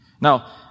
Now